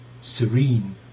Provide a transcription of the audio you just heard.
serene